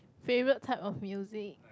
favourite type of music